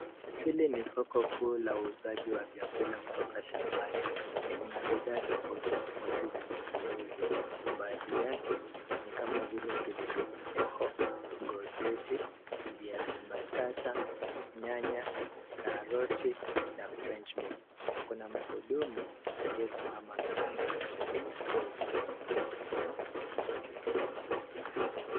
Hili ni soko kuu la uuzaji wa vyakula kutoka shambani na bidhaa tofautitofauti zinazouzwa. Baadhi yake ni kama vile pilipili hoho, godgeti ,viazi mbatata, nyanya, karoti na french beans . Kuna mhudumu aliyesimama kando na bidhaa hizi.